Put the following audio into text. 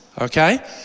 okay